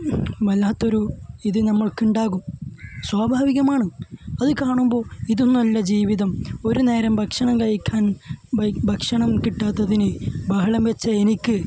വല്ലാത്തൊരു ഇത് നമ്മൾക്കുണ്ടാകും സ്വാഭാവികമാണ് അത് കാണുമ്പോൾ ഇതൊന്നും അല്ല ജീവിതം ഒരു നേരം ഭക്ഷണം കഴിക്കാൻ ഭക്ഷണം കിട്ടാത്തതിന് ബഹളം വെച്ച എനിക്ക്